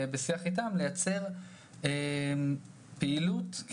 איתם: ההטבות הנלוות.